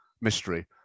mystery